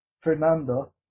Fernando